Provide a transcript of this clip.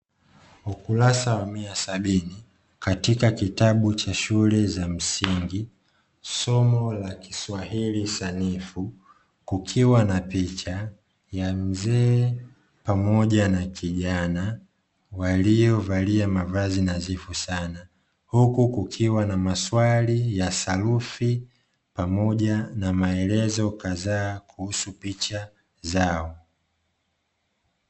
Ukurasani wa mia sabini katika kitabu cha shule za msingi, somo la Kiswahili sanifu kukiwa na picha ya mzee pamoja na kijana waliovalia mavazi nadhifu sana, huku kukiwa na maswali ya sarufi pamoja na maelezo kadhaa kuhusu picha zao.